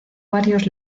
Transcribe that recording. varios